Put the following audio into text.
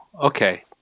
Okay